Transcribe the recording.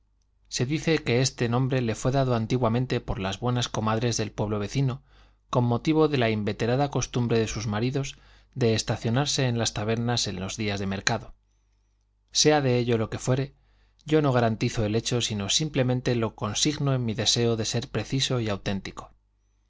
se dice que este nombre le fué dado antiguamente por las buenas comadres del pueblo vecino con motivo de la inveterada costumbre de sus maridos de estacionarse en las tabernas en los días de mercado sea de ello lo que fuere yo no garantizo el hecho sino simplemente lo consigno en mi deseo de ser preciso y auténtico